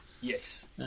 Yes